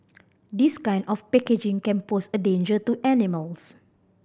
this kind of packaging can pose a danger to animals